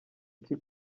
icyo